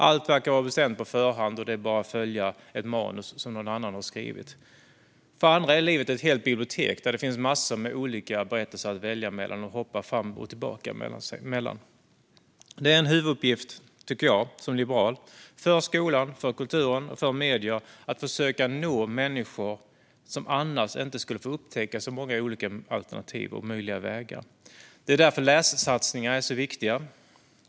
Allt verkar vara bestämt på förhand, och det är bara att följa ett manus som någon annan har skrivit. För andra är livet ett helt bibliotek där det finns massor av olika berättelser att välja mellan och hoppa fram och tillbaka mellan. Jag som liberal tycker att det är en huvuduppgift för skolan, för kulturen och för medierna att försöka nå människor som annars inte skulle upptäcka så många olika alternativ och möjliga vägar. Det är därför lässatsningar är så viktiga.